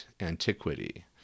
antiquity